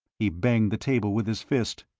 he banged the table with his fist.